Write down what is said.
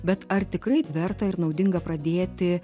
bet ar tikrai verta ir naudinga pradėti